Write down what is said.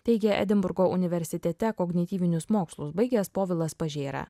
teigia edinburgo universitete kognityvinius mokslus baigęs povilas pažėra